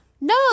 No